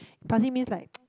passing means like